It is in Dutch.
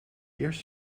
eerst